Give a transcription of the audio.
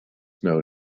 snow